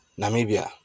Namibia